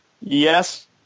Yes